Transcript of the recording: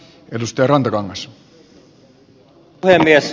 arvoisa puhemies